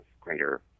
greater